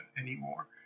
anymore